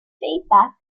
feedback